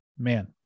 Man